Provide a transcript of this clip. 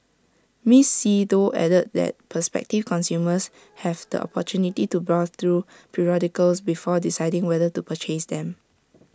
miss see Tho added that prospective consumers have the opportunity to browse through periodicals before deciding whether to purchase them